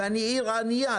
ואני עיר ענייה.